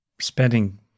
spending